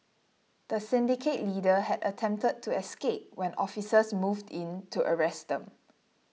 the syndicate leader had attempted to escape when officers moved in to arrest them